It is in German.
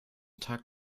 tag